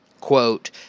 quote